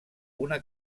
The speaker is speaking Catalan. una